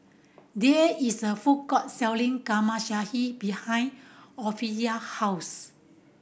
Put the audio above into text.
there is a food court selling behind Ophelia house